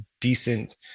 decent